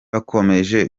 bakomeje